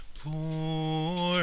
poor